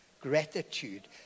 gratitude